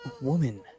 woman